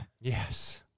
Yes